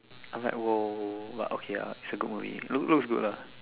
I am like !whoa! but okay lah it's a good movie looks good lah